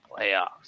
Playoffs